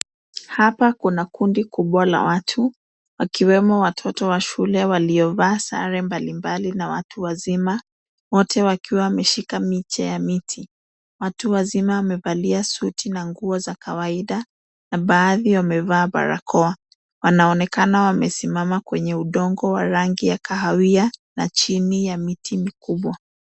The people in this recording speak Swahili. Hapa kuna kundi kubwa la watu, wakiwemo watoto wa shule waliovaa sare mbalimbali na watu wazima wote wakiwa wameshika miche ya miti. Watu wazima wamevalia suti na nguo za kawaida na baadhi wamevaa barakoa. Wanaonekana wamesimama kwenye udongo wa rangi ya kahawia na chini ya miti mikubwa.